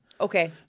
Okay